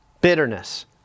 bitterness